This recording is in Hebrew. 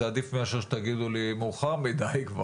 זה עדיף מאשר שתגידו לי שמאוחר מדי.